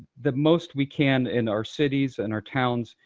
the most we can in our cities and our towns,